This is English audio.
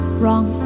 wrong